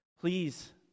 Please